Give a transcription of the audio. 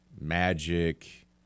Magic